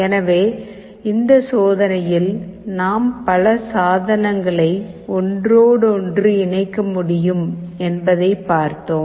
எனவே இந்த சோதனையில் நாம் பல சாதனங்களை ஒன்றோடொன்று இணைக்க முடியும் என்பதை பார்த்தோம்